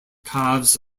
calves